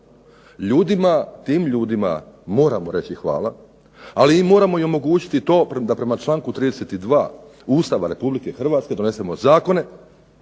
Ljudima, tim ljudima moramo reći hvala, ali im moramo omogućiti to da prema članku 32. Ustava Republike Hrvatske donesemo zakone